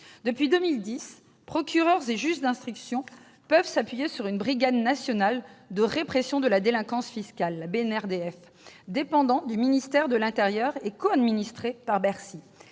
Depuis 2010, procureurs et juges d'instruction peuvent s'appuyer sur une brigade nationale de répression de la délinquance fiscale, la BNRDF. Dépendant du ministère de l'intérieur, et coadministrée par Bercy,